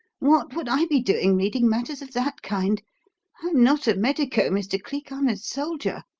what would i be doing reading matters of that kind? i'm not a medico, mr. cleek i'm a soldier.